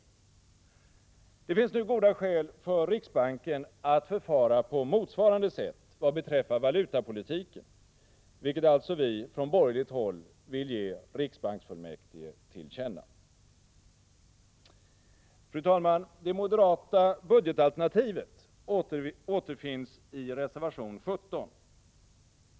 Det finns nu goda skäl för riksbanken att förfara på motsvarande sätt vad beträffar valutapolitiken, vilket alltså vi från borgerligt håll vill ge riksbanksfullmäktige till känna. Fru talman! Det moderata budgetalternativet återfinns i reservation 17.